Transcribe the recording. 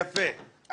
יפה.